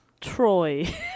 Troy